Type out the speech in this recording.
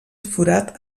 forat